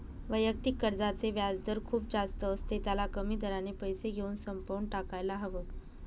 वैयक्तिक कर्जाचे व्याजदर खूप जास्त असते, त्याला कमी दराने पैसे घेऊन संपवून टाकायला हव